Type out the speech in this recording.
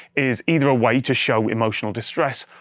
is either a way to show emotional distress,